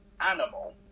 animal